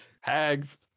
Hags